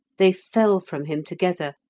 they fell from him together,